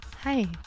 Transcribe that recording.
Hi